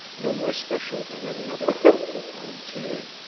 no more special than any other political volunteer,